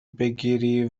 بگیری